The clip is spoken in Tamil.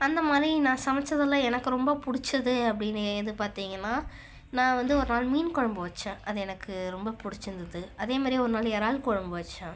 அந்த மாதிரி நான் சமைச்சதில் எனக்கு ரொம்ப புடிச்சது அப்படினு எது பார்த்திங்கன்னா நான் வந்து ஒரு நாள் மீன் குழம்பு வச்சேன் அது எனக்கு ரொம்ப பிடிச்சிருந்துது அதே மாதிரி ஒரு நாள் இறால் குழம்பு வச்சேன்